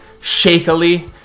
shakily